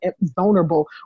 vulnerable